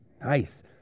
Nice